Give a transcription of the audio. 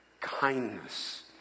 kindness